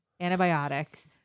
antibiotics